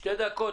שתי דקות,